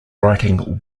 writing